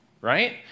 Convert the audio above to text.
right